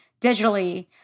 digitally